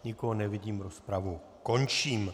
Nikoho nevidím, rozpravu končím.